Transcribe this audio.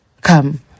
come